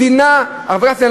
חבר הכנסת,